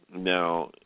Now